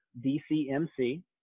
DCMC